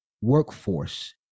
workforce